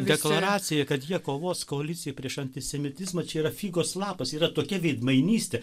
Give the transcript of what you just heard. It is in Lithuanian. deklaracija kad jie kovos koalicija prieš antisemitizmą čia yra figos lapas yra tokia veidmainystė